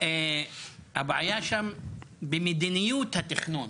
הבעיה שם היא במדיניות התכנון.